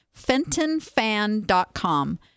fentonfan.com